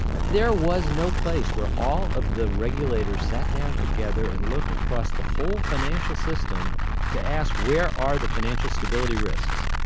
there was no place where all of the regulators sat down together and looked across the whole financial system to ask, where are the financial stability risks?